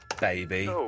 baby